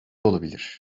olabilir